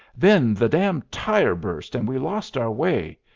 then the damn tire burst, and we lost our way.